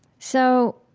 so